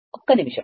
ఒక్క నిమిషం